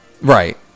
Right